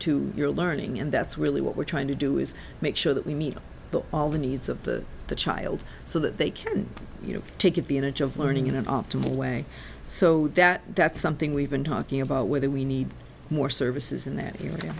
to your learning and that's really what we're trying to do is make sure that we meet all the needs of the the child so that they can take it be image of learning in an optimal way so that that's something we've been talking about whether we need more services in that area